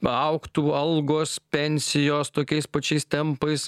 paaugtų algos pensijos tokiais pačiais tempais